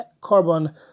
carbon